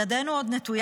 ידנו עוד נטויה.